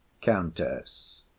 countess